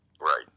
Right